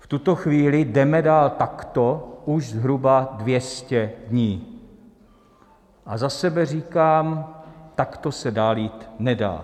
V tuto chvíli jdeme dál takto už zhruba 200 dní a za sebe říkám: takto se dál jít nedá.